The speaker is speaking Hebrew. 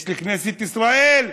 יש לי כנסת ישראל.